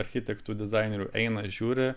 architektų dizainerių eina žiūri